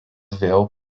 vėl